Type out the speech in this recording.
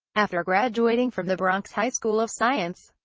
after graduating from the bronx high school of science,